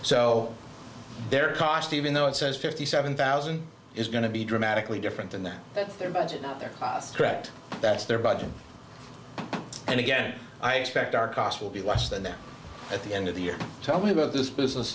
so their cost even though it says fifty seven thousand is going to be dramatically different than that that's their budget not their cost correct that's their budget and again i expect our cost will be less than that at the end of the year tell me about this business